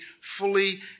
fully